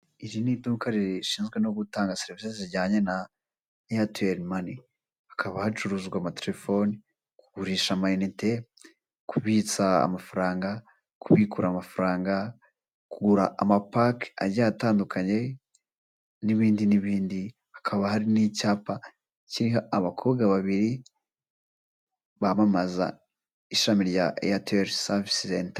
Iri ni iduka rishinzwe no gutanga serivisi zijyanye na Airtel money, hakaba hacuruzwa amatelefoni, kugurisha amayinite, kubitsa amafaranga, kubikura amafaranga, kugura amapake agiye atandukanye n'ibindi n'ibindi, hakaba hari n'icyapa kiriho abakobwa babiri bamamaza ishami rya Airtel savisi senta.